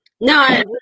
No